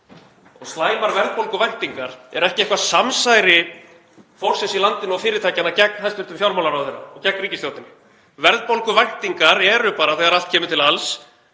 og slæmar verðbólguvæntingar eru ekki eitthvert samsæri fólksins í landinu og fyrirtækjanna gegn hæstv. fjármálaráðherra og gegn ríkisstjórninni. Verðbólguvæntingar eru bara þegar allt kemur til alls